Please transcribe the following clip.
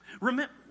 Remember